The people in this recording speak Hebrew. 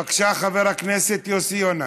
בבקשה, חבר הכנסת יוסי יונה.